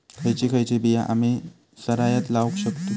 खयची खयची बिया आम्ही सरायत लावक शकतु?